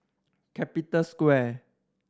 Capital Square